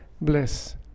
bless